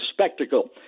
Spectacle